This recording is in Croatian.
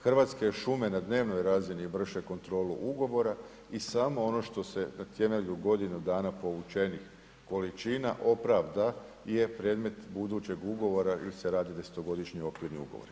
Hrvatske šume na dnevnoj razini vrše kontrola ugovora i samo ono što se na temelju godinu dana povučenih količina opravda je predmet budućeg ugovora ili se radi desetogodišnji okvirni ugovor.